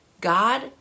God